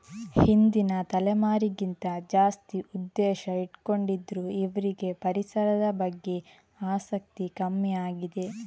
ಹಿಂದಿನ ತಲೆಮಾರಿಗಿಂತ ಜಾಸ್ತಿ ಉದ್ದೇಶ ಇಟ್ಕೊಂಡಿದ್ರು ಇವ್ರಿಗೆ ಪರಿಸರದ ಬಗ್ಗೆ ಆಸಕ್ತಿ ಕಮ್ಮಿ ಆಗಿದೆ